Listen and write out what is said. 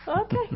Okay